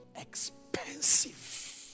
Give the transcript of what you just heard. expensive